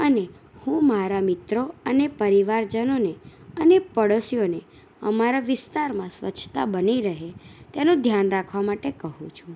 અને હું મારા મિત્રો અને પરિવારજનોને અને પાડોશીઓને અમારા વિસ્તારમાં સ્વચ્છતા બની રહે તેનું ધ્યાન રાખવા માટે કહું છું